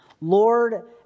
Lord